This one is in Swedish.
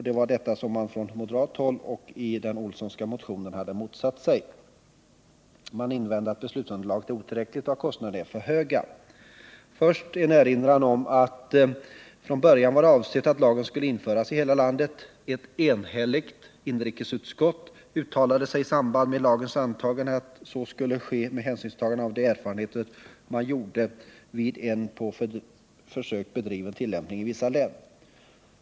Det är detta som man från moderat håll och i den Johan Olssonska motionen har motsatt sig. Man invänder att beslutsunderlaget är otillräckligt och att kostnaderna är för höga. Först en erinran om att det från början varit avsett att lagen skall införas i hela landet: Ett enigt inrikesutskott uttalade sig i samband med lagens antagande för att så skulle ske med hänsynstagande till de erfarenheter man gjorde vid en på försök bedriven tillämpning i vissa län.